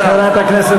כרשות מבצעת,